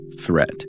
threat